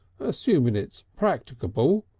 assuming it's practable.